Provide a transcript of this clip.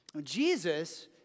Jesus